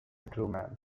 truman